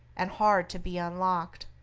and hard to be unlocked.